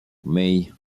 may